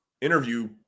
interview